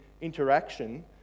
interaction